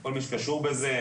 כל מי שקשור בזה,